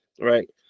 right